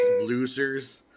losers